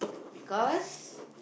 because